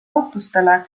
ootustele